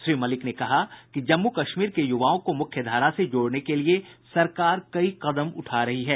श्री मलिक ने कहा कि जम्मू कश्मीर के यूवाओं को मूख्यधारा से जोड़ने के लिये सरकार कई कदम उठा रही है